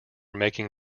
making